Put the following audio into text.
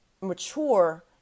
mature